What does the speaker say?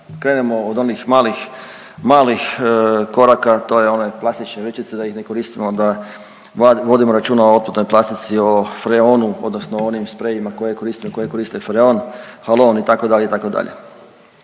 krenemo od onih malih koraka to je onaj plastične vrećice da ih ne koristimo, da vodimo računa o otpadnoj plastici, o freonu odnosno onim sprejevima koje koristimo, koje